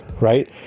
right